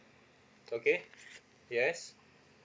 okay yes